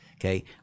okay